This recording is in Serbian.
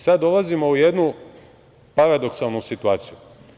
Sada dolazimo u jednu paradoksalnu situaciju.